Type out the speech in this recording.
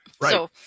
Right